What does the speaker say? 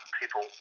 people